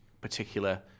particular